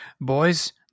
Boys